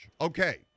Okay